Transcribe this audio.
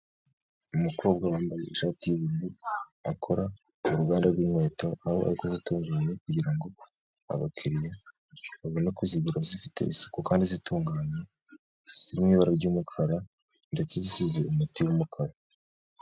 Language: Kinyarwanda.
Umukobwa wambaye ishati yubururu, akora mu ruganda rw'inkweto, aho ari kuzitegura kugirango abakiriya babone kuzigura zifite isuku, kandi zitunganye. Zirimo ibara ry'umukara ndetse zisize umuti w'umukara.